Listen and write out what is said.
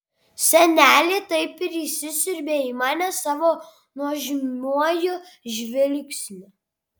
senelė taip ir įsisiurbė į mane savo nuožmiuoju žvilgsniu